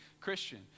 Christian